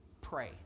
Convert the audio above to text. Pray